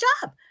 job